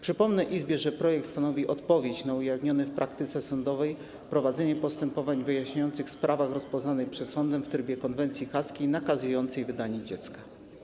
Przypomnę Izbie, że projekt stanowi odpowiedź na ujawnione w praktyce sądowej prowadzenie postępowań wyjaśniających w sprawach rozpoznanych przed sądem w trybie konwencji haskiej nakazującej wydanie dziecka.